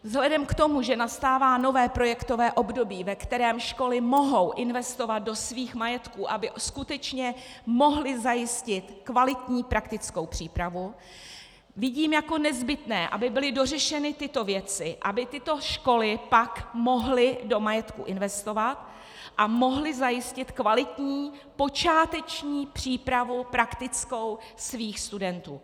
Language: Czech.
Vzhledem k tomu, že nastává nové projektové období, ve kterém školy mohou investovat do svých majetků, aby skutečně mohly zajistit kvalitní praktickou přípravu, vidím jako nezbytné, aby byly dořešeny tyto věci, aby tyto školy pak mohly do majetku investovat a mohly zajistit kvalitní počáteční praktickou přípravu svých studentů.